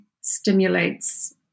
stimulates